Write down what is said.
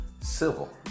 civil